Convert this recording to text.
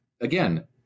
again